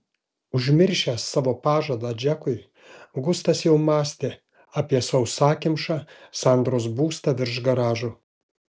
užmiršęs savo pažadą džekui gustas jau mąstė apie sausakimšą sandros būstą virš garažo